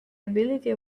ability